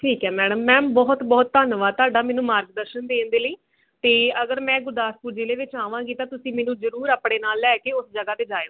ਠੀਕ ਹੈ madam ma'am ਬਹੁਤ ਬਹੁਤ ਧੰਨਵਾਦ ਤੁਹਾਡਾ ਮੈਨੂੰ ਮਾਰਗ ਦਰਸ਼ਨ ਦੇਣ ਦੇ ਲਈ ਅਤੇ ਅਗਰ ਮੈਂ ਗੁਰਦਾਸਪੁਰ ਜ਼ਿਲ੍ਹੇ ਵਿੱਚ ਆਵਾਂਗੀ ਤਾਂ ਤੁਸੀਂ ਮੈਨੂੰ ਜ਼ਰੂਰ ਆਪਣੇ ਨਾਲ ਲੈ ਕੇ ਉਸ ਜਗ੍ਹਾ 'ਤੇ ਜਾਇਓ